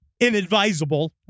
inadvisable